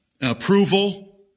approval